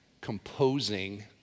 composing